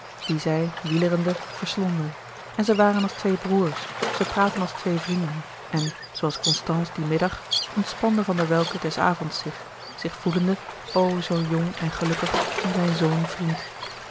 die zij wielerende verslonden en zij waren als twee broêrs zij praatten als twee vrienden en zooals constance dien middag ontspande van der welcke des avonds zich zich voelende o zoo jong en gelukkig om zijn zoon vriend